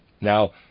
now